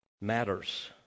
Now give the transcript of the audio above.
matters